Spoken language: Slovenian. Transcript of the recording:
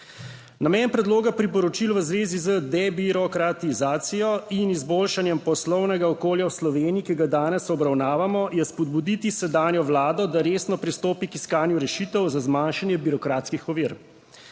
Namen predloga priporočil v zvezi z debirokratizacijo in izboljšanjem poslovnega okolja v Sloveniji, ki ga danes obravnavamo, je spodbuditi sedanjo Vlado, da resno pristopi k iskanju rešitev za zmanjšanje birokratskih ovir.